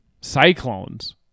Cyclones